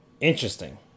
Interesting